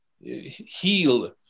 heal